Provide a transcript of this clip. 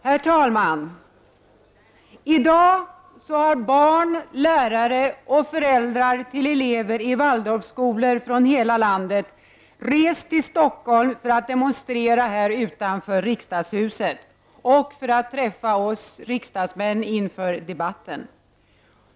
Herr talman! I dag har barn, lärare och föräldrar till elever i Waldorfskolor från hela landet rest till Stockholm för att demonstrera här utanför riksdagshuset och för att träffa oss riksdagsmän inför debatten.